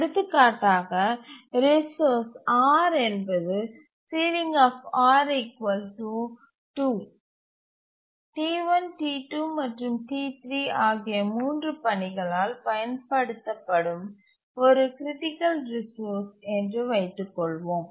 எடுத்துக்காட்டாக resource R என்பது T1T2 மற்றும் T3 ஆகிய 3 பணிகளால் பயன்படுத்தப்படும் ஒரு க்ரிட்டிக்கல் ரிசோர்ஸ் என்று வைத்துக் கொள்வோம்